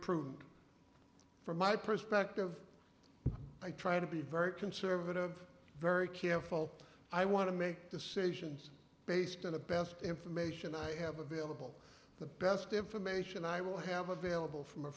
prudent from my perspective i try to be very conservative very careful i want to make decisions based on the best information i have available the best information i will have available from a